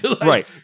Right